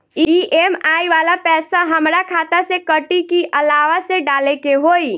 EMI वाला पैसा हाम्रा खाता से कटी की अलावा से डाले के होई?